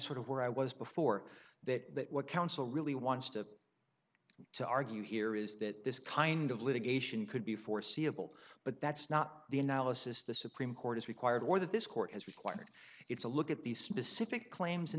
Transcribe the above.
sort of where i was before that what counsel really wants to to argue here is that this kind of litigation could be foreseeable but that's not the analysis the supreme court is required or that this court has required it's a look at these specific claims in